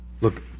Look